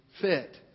fit